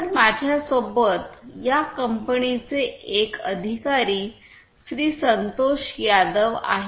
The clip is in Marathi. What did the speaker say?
तर माझ्यासोबत या कंपनीचे एक अधिकारी श्री संतोष यादव आहेत